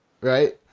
right